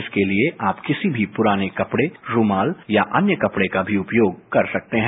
इसके लिये आप किसी भी पुराने कपड़े रूमाल या अन्य कपड़े का भी उपयोग कर सकते हैं